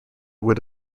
would